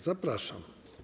Zapraszam.